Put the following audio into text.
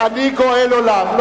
צריך להסביר את זה, אדוני היושב-ראש.